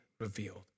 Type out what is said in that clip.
revealed